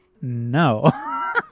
no